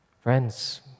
Friends